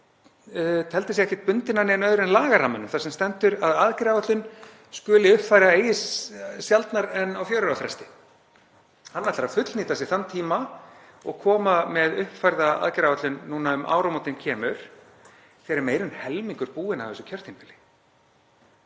hann teldi sig ekki bundinn af neinu öðru en lagarammanum, þar sem stendur að aðgerðaáætlun skuli uppfæra eigi sjaldnar en á fjögurra ára fresti. Hann ætlar að fullnýta sér þann tíma og koma með uppfærða aðgerðaáætlun núna um áramótin, þegar meira en helmingur er liðinn af þessu kjörtímabili.